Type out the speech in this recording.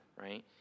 right